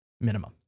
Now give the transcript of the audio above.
minimum